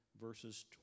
verses